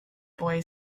boy